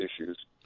issues